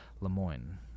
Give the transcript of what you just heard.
Lemoyne